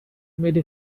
made